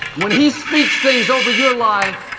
when he speaks things over your life,